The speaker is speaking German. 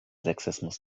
sexismus